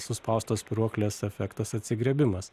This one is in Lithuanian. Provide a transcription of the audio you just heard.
suspaustos spyruoklės efektas atsigriebimas